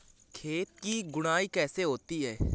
खेत की गुड़ाई कैसे होती हैं?